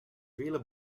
vele